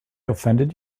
offended